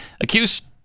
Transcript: accused